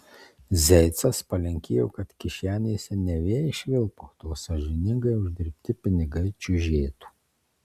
zeicas palinkėjo kad kišenėse ne vėjai švilpautų o sąžiningai uždirbti pinigai čiužėtų